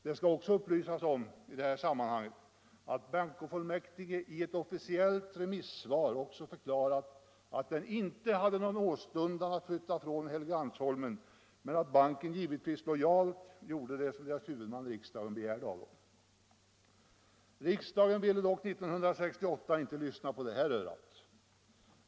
Det skall också upplysas om i detta sammanhang att bånkofullmäktige i ett officiellt remissvar förklarat att man inte hade någon åstundan att flytta från Helgeandsholmen, men att banken givetvis lojalt gjorde det som dess huvudman, riksdagen, begärde av den. Riksdagen ville dock 1968 inte lyssna på det här örat.